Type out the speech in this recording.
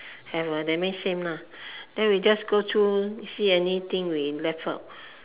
have ah that means same lah then we just go through see anything we left out